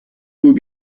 would